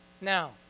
Now